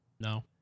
No